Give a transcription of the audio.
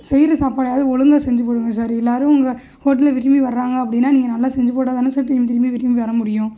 செய்கிற சாப்பாடையாவது ஒழுங்காக செஞ்சு போடுங்கள் சார் எல்லாரும் உங்கள் ஹோட்டலை விரும்பி வர்றாங்க அப்படினால் நீங்கள் நல்லா செஞ்சு போட்டால் தானே சார் திரும்பி திரும்பி விரும்பி வர முடியும்